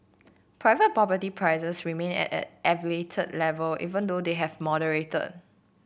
private property prices remained at an elevated level even though they have moderated